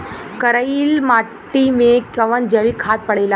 करइल मिट्टी में कवन जैविक खाद पड़ेला?